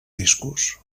discos